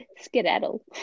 skedaddle